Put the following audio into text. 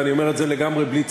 ואני אומר את זה לגמרי בלי ציניות,